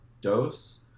dose